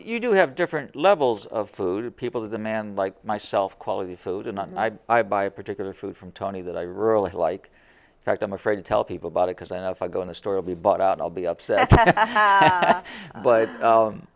you do have different levels of food people with a man like myself quality food and i buy a particular food from tony that i really like fact i'm afraid to tell people about it because i know if i go in a store will be bought out i'll be upset but